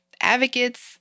advocates